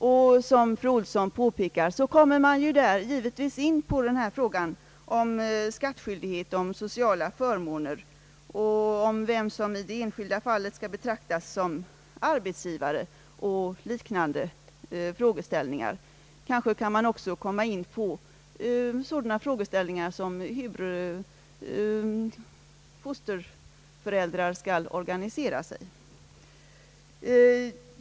Fru Ohlsson har också påpekat att man givetvis kommer in på frågan om skattskyldighet, om sociala förmåner och om vem som i det enskilda fallet skall betraktas som arbetsgivare och liknande frågeställningar, kanske också sådana frågor som hur fosterföräldrar skall organisera sig.